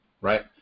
Right